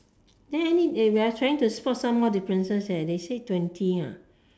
then I mean eh we are trying to spot some more differences leh they say twenty